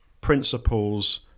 principles